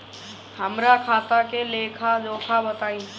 हमरा खाता के लेखा जोखा बताई?